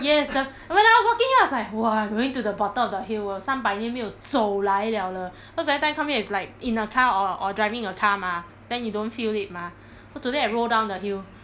yes the when I was walking here I was like !wah! going to the bottom of the hill 我有三百年没有走来了了 cause every time come here it's like in a car or driving a car mah then you don't feel it mah so today I roll down the hill